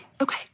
okay